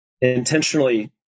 intentionally